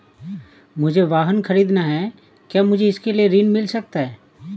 मुझे वाहन ख़रीदना है क्या मुझे इसके लिए ऋण मिल सकता है?